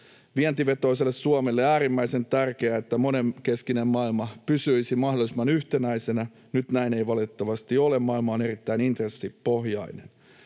Vientivetoiselle Suomelle olisi äärimmäisen tärkeää, että monenkeskinen maailma pysyisi mahdollisimman yhtenäisenä. Nyt näin ei valitettavasti ole. Maailma on erittäin intressipohjainen.